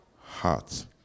hearts